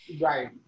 Right